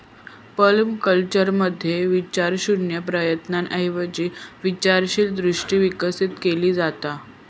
पर्माकल्चरमध्ये विचारशून्य प्रयत्नांऐवजी विचारशील दृष्टी विकसित केली जाता